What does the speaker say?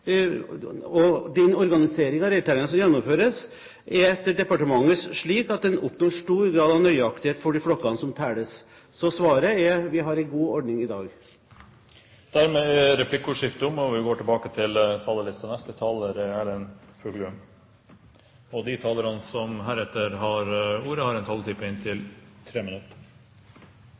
matdepartementet den 22. juni i 2009. Resultatet av reintellingene og organiseringen av reintellingen som gjennomføres, er etter departementets syn slik at det oppnås stor grad av nøyaktighet for flokkene som telles. Så svaret er at vi har en god ordning i dag. Replikkordskiftet er omme. De talerne som heretter får ordet, har en taletid på inntil 3 minutter.